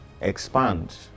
expand